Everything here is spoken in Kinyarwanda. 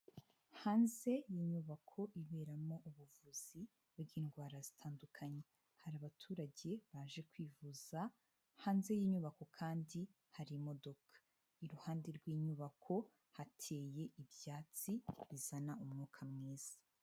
Hanze y'inyubako iberamo ubuvuzi bw'indwara zitandukanye. Hari abaturage baje kwivuza, hanze y'inyubako kandi hari imodoka. Iruhande rw'inyubako hateye ibyatsi bizana umwuka mwiza.